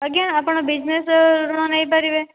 ଆଜ୍ଞା ଆପଣ ବିଜନେସ ଋଣ ନେଇ ପାରିବେ